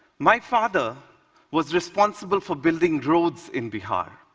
my father was responsible for building roads in bihar,